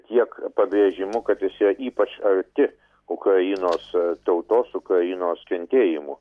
tiek pabrėžimu kad jis yra ypač arti ukrainos tautos ukrainos kentėjimų